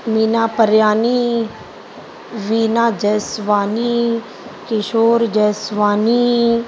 Meena Parayani Veena Jeswani Kishore Jeswani